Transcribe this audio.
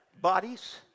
bodies